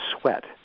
sweat